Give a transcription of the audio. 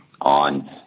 on